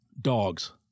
Dogs